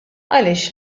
għaliex